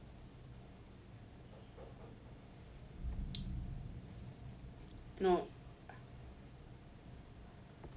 no